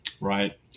Right